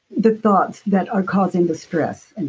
the thoughts that are causing the stress